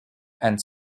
and